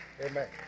Amen